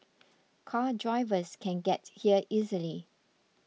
car drivers can get here easily